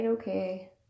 okay